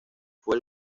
fue